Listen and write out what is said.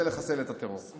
זה תמיד נכון.